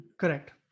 Correct